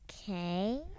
Okay